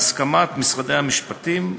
בהסכמת משרדי המשפטים,